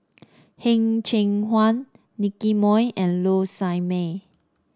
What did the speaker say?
Heng Cheng Hwa Nicky Moey and Low Sanmay